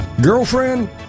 Girlfriend